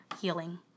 healing